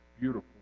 beautiful